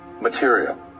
material